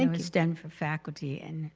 it would stand for faculty and